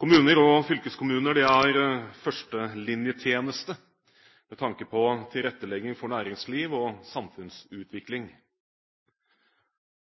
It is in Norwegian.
Kommuner og fylkeskommuner er førstelinjetjeneste med tanke på tilrettelegging for næringsliv og samfunnsutvikling.